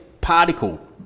particle